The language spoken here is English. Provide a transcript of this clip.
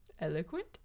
Eloquent